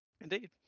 Indeed